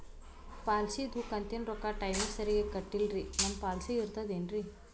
ಪಾಲಿಸಿದು ಕಂತಿನ ರೊಕ್ಕ ಟೈಮಿಗ್ ಸರಿಗೆ ಕಟ್ಟಿಲ್ರಿ ನಮ್ ಪಾಲಿಸಿ ಇರ್ತದ ಏನ್ರಿ?